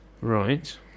Right